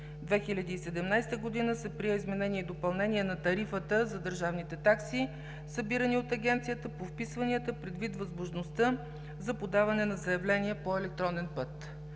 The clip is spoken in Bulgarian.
2017 г. се прие изменение и допълнение на Тарифата за държавните такси, събирани от Агенцията по вписванията, предвид възможността за подаване на заявления по електронен път.